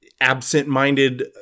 absent-minded